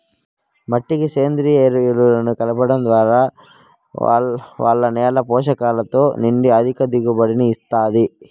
మట్టికి సేంద్రీయ ఎరువులను కలపడం వల్ల నేల పోషకాలతో నిండి అధిక దిగుబడిని ఇస్తాది